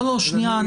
לא, שנייה.